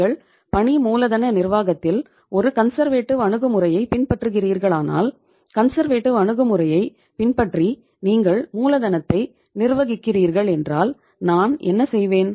நீங்கள் பணி மூலதன நிர்வாகத்தில் ஒரு கன்சர்வேடிவ் அணுகுமுறையைப் பின்பற்றி நீங்கள் மூலதனத்தை நிர்வகிக்கிறீர்கள் என்றால் நான் என்ன செய்வேன்